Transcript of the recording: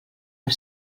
per